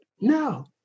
No